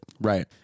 Right